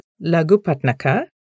Lagupatnaka